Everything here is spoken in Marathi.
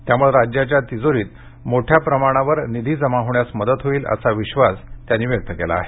त्यामुळं राज्याच्या तिजोरीत मोठ्या प्रमाणावर निधी जमा होण्यास मदत होईल असा विश्वास त्यांनी व्यक्त केला आहे